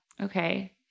Okay